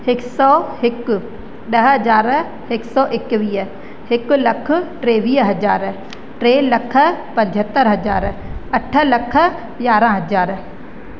हिकु सौ हिकु ॾह हज़ार हिकु सौ एकवीह हिकु लख टेवीह हज़ार टे लख पंजहतरि हज़ार अठ लख यारहं हज़ार